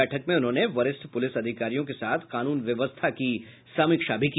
बैठक में उन्होंने वरिष्ठ पुलिस अधिकारियों के साथ कानून व्यवस्था की समीक्षा भी की